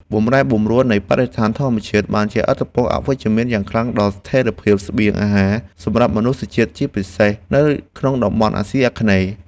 បម្រែបម្រួលនៃបរិស្ថានធម្មជាតិបានជះឥទ្ធិពលអវិជ្ជមានយ៉ាងខ្លាំងដល់ស្ថិរភាពស្បៀងអាហារសម្រាប់មនុស្សជាតិជាពិសេស នៅក្នុងតំបន់អាស៊ីអាគ្នេយ៍។